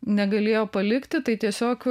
negalėjo palikti tai tiesiog